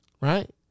right